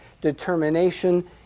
determination